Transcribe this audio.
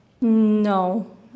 No